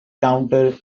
counter